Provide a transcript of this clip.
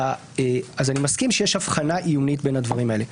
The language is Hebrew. אני מסכים שיש הבחנה עיונית בין הדברים האלה.